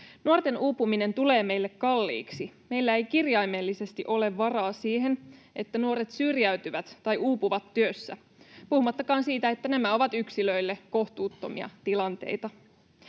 Nuorten uupuminen tulee meille kalliiksi. Meillä ei kirjaimellisesti ole varaa siihen, että nuoret syrjäytyvät tai uupuvat työssä, puhumattakaan siitä, että nämä ovat yksilöille kohtuuttomia tilanteita.